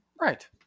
right